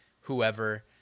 whoever